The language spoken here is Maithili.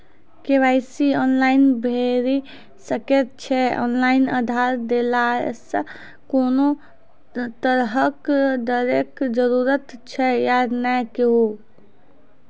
के.वाई.सी ऑनलाइन भैरि सकैत छी, ऑनलाइन आधार देलासॅ कुनू तरहक डरैक जरूरत छै या नै कहू?